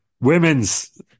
Women's